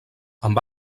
amb